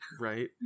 right